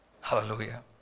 Hallelujah